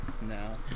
no